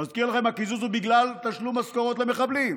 מזכיר לכם: הקיזוז הוא בגלל תשלום משכורות למחבלים.